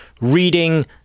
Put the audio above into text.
reading